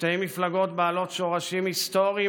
שתי מפלגות בעלות שורשים היסטוריים